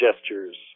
gestures